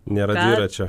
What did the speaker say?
nėra dviračio